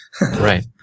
Right